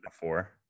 four